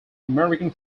american